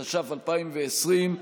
התש"ף 2020,